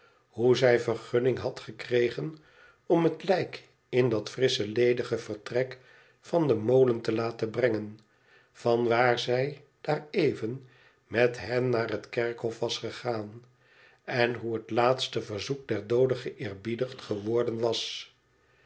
hoe zij vergunning had gekregen om het lijk in dat frissche ledige vertrek van den molen te laten brengen van waar zij daar even met hen naar het kerkhof was gegaan en hoe het laatste verzoek der doode geëerbiedigd geworden was